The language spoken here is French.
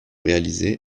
réalisés